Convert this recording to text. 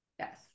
Yes